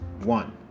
one